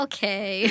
Okay